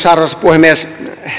arvoisa puhemies